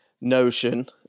notion